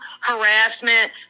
harassment